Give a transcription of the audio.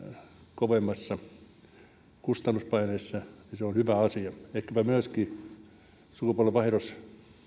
kovemmassa kustannuspaineessa se on on hyvä asia ehkäpä myöskin sukupolvenvaihdoskin